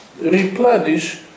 replenish